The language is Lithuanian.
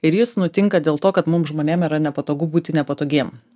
ir jis nutinka dėl to kad mum žmonėm yra nepatogu būti nepatogiem